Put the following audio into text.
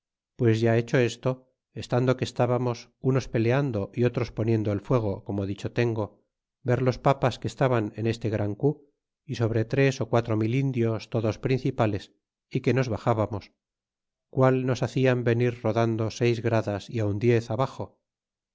pues ya hecho esto estando que estábamos unos peleando y otros poniendo el fuego como dicho tengo ver los papas que estaban en este gran cu y sobre tres quatro mil indios todos principales y que nos baxabamos qual nos hacian venir rodando seis gradas y aun diez abaxo